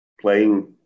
playing –